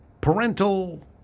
Parental